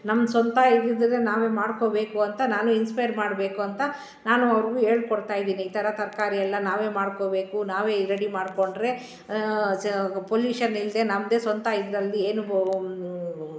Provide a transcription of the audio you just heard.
ನಮ್ಮ ಸ್ವಂತ ಇದಿದ್ದಿದ್ರೆ ನಾವೇ ಮಾಡಿಕೋಬೇಕು ಅಂತ ನಾನು ಇನ್ಸ್ಪೈರ್ ಮಾಡಬೇಕು ಅಂತ ನಾನು ಅವ್ರಿಗು ಹೇಳ್ಕೊಡ್ತಾಯಿದಿನಿ ಈ ಥರ ತರಕಾರಿ ಎಲ್ಲ ನಾವೇ ಮಾಡಿಕೋಬೇಕು ನಾವೇ ರೆಡಿ ಮಾಡಿಕೊಂಡ್ರೆ ಚ ಪೊಲ್ಯೂಷನಿಲ್ಲದೇ ನಮ್ಮದೇ ಸ್ವಂತ ಇದರಲ್ಲಿ ಏನು ಒ